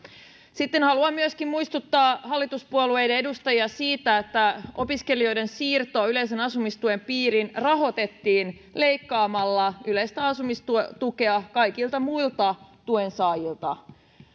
sitten haluan myöskin muistuttaa hallituspuolueiden edustajia siitä että opiskelijoiden siirto yleisen asumistuen piiriin rahoitettiin leikkaamalla yleistä asumistukea kaikilta muilta tuensaajilta